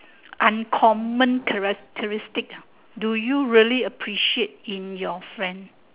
uncommon characteristic ah do you really appreciate in your friend